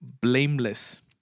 blameless